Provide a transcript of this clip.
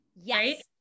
Yes